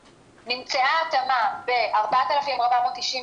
יכול להיות שאנשים אחרים מהמשפחה כמו: ילדים,